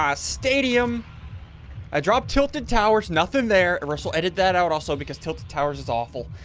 um stadium i dropped tilted towers nothing there rustle edit that out. also because tilt the towers is awful.